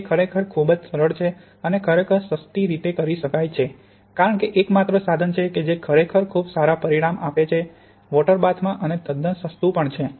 તે ખરેખર ખૂબ જ સરળ છે અને ખરેખર સસ્તી રીતે કરી શકાય છે કારણ કે એકમાત્ર સાધન છે કે જે ખરેખર ખૂબ જ સારા પરિણામ આપે છે વોટર બાથ માં અને તે તદ્દન સસ્તુ પણ છે